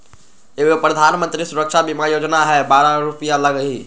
एगो प्रधानमंत्री सुरक्षा बीमा योजना है बारह रु लगहई?